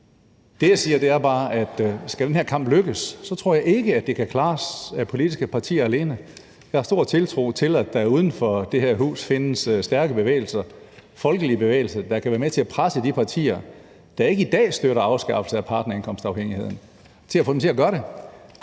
Det, jeg siger, er bare, at skal den her kamp lykkes, så tror jeg ikke, det kan klares af politiske partier alene. Jeg har stor tiltro til, at der uden for det her hus findes stærke bevægelser, folkelige bevægelser, der kan være med til at presse de partier, der ikke i dag støtter afskaffelsen af partnerindkomstafhængigheden, til at gøre det.